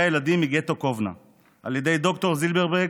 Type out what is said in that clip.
הילדים מגטו קובנה על ידי ד"ר זילברברג,